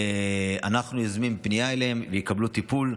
אנחנו נזמין פנייה אליהם, ויקבלו טיפול.